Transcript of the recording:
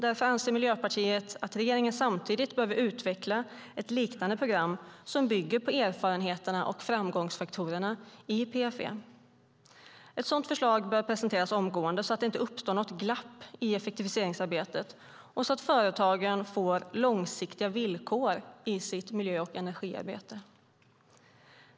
Därför anser Miljöpartiet att regeringen samtidigt behöver utveckla ett liknande program som bygger på erfarenheterna och framgångsfaktorerna i PFE. Ett sådant förslag bör presenteras omgående så att det inte uppstår något glapp i effektiviseringsarbetet och så att företagen får långsiktiga villkor i sitt miljö och energiarbete.